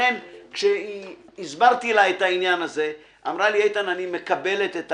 לכן כשהסברתי לה את העניין, אמרה: אני מקבלת.